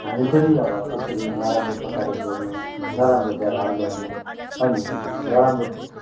हामी पनि अब त्यसरी नराम्रो प्रकारले बोल्नु नराम्रो व्यवहार गर्नु अनि नराम्रो